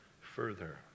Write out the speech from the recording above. further